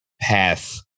path